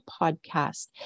podcast